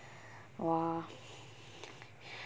!wah!